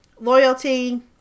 Loyalty